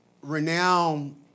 renowned